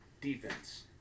defense